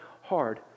hard